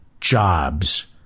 jobs